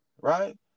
right